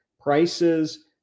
prices